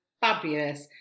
fabulous